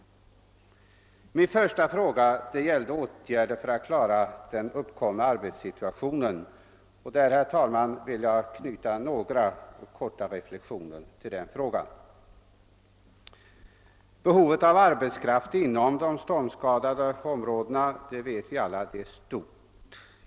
Den första frågan i min interpellation gällde åtgärder för att klara den uppkomna arbetssituationen i de drab bade områdena, och jag vill knyta några korta reflexioner till denna fråga. Vi vet alla att behovet av arbetskraft inom de stormskadade områdena är stort.